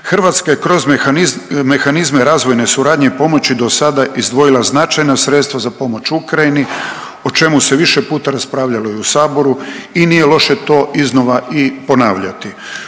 Hrvatska je kroz mehanizme razvojne suradnje i pomoći do sada izdvojila značajna sredstva za pomoć Ukrajini o čemu se više puta raspravljalo i u Saboru i nije loše to iznova i ponavljati.